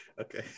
Okay